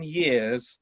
years